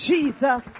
Jesus